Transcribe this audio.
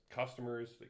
customers